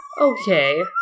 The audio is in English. Okay